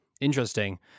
Interesting